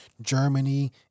Germany